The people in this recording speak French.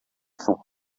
font